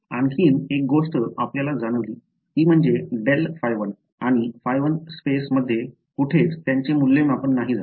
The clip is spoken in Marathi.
आणखी एक गोष्ट आम्हाला जाणवली ती म्हणजे ∇ϕ1 आणि ϕ1 स्पेस मध्ये कुठेच त्यांचे मूल्यमापन नाही झाले